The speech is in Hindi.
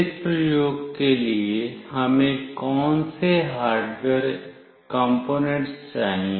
इस प्रयोग के लिए हमें कौन से हार्डवेयर कंपोनेंट्स चाहिए